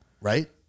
right